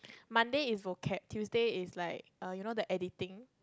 Monday is vocab Tuesday is like err you know the editing